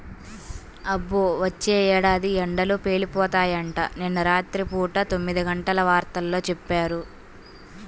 అబ్బో, వచ్చే ఏడాది ఎండలు పేలిపోతాయంట, నిన్న రాత్రి పూట తొమ్మిదిగంటల వార్తల్లో చెప్పారు